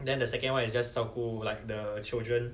then the second one is just 照顾 like the children